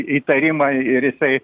įtarimai ir jisai